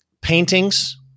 paintings